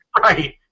Right